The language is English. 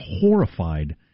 horrified